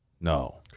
No